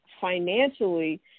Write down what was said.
financially